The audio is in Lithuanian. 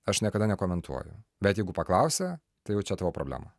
aš niekada nekomentuoju bet jeigu paklausia tai jau čia tavo problema